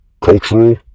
cultural